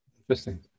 interesting